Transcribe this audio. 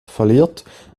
verliert